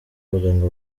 abaganga